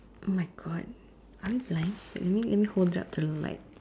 !oh-my-God! are we blind okay let me let me hold it up to the light